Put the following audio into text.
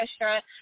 restaurant